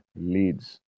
leads